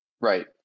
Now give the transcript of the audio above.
Right